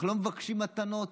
אנחנו לא מבקשים מתנות,